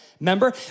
Remember